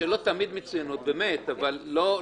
השאלות תמיד מצוינות, באמת, אבל לא נתקדם איתן.